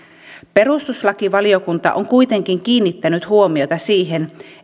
perustuslakivaliokunta on kuitenkin kiinnittänyt huomiota siihen